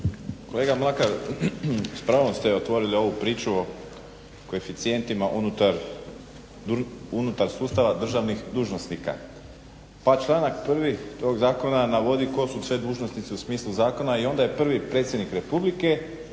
Kolega Mlakar, s pravom ste otvorili ovu priču o koeficijentima unutar sustava državnih dužnosnika. Pa članak 1. tog zakona navodi koji su sve dužnosnici u smislu zakona i onda je prvi predsjednik republike